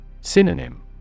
Synonym